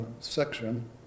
section